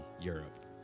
Europe